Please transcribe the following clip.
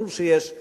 ברור שיש קשר,